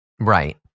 Right